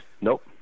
Nope